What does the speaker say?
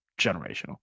Generational